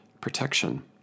protection